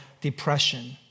depression